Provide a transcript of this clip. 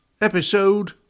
Episode